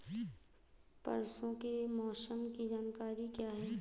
परसों के मौसम की जानकारी क्या है?